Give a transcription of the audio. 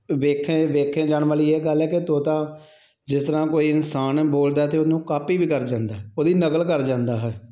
ਵੇਖੇ ਦੇਖੇ ਜਾਣ ਵਾਲੀ ਇਹ ਗੱਲ ਹੈ ਕਿ ਤੋਤਾ ਜਿਸ ਤਰ੍ਹਾਂ ਕੋਈ ਇਨਸਾਨ ਬੋਲਦਾ ਤਾਂ ਉਹਨੂੰ ਕਾਪੀ ਵੀ ਕਰ ਜਾਂਦਾ ਉਹਦੀ ਨਕਲ ਕਰ ਜਾਂਦਾ ਹੈ